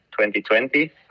2020